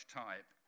type